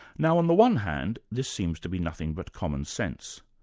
now on the one hand this seems to be nothing but commonsense,